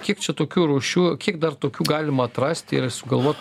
kiek čia tokių rūšių kiek dar tokių galima atrasti ir sugalvot